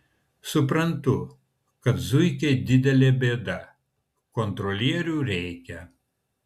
suprantu kad zuikiai didelė bėda kontrolierių reikia